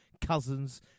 cousins